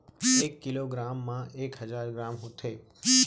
एक kilogram मा एक हजार ग्राम होथे